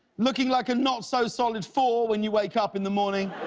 looking like a not-so-solid four when you wake up in the morning